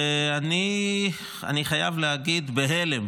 אני חייב להגיד שאני בהלם